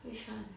which one